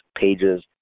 pages